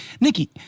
nikki